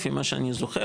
לפי מה שאני זוכר,